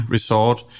Resort